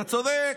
אתה צודק.